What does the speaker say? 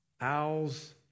Owls